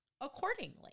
accordingly